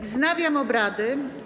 Wznawiam obrady.